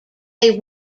they